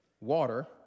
water